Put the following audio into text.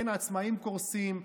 אין עצמאים קורסים,